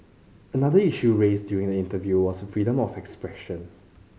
another issue raised during the interview was freedom of expression